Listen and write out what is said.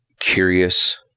Curious